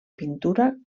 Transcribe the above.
pintura